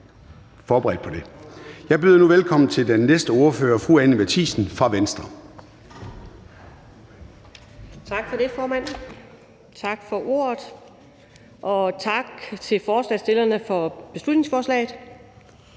Jeg byder nu velkommen til den næste ordfører, fru Anni Matthiesen fra Venstre.